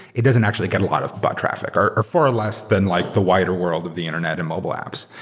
it doesn't actually get a lot of bot traffic, or far less than like the wider world of the internet and mobile apps.